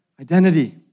identity